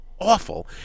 awful